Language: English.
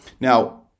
Now